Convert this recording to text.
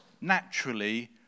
naturally